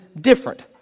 different